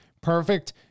Perfect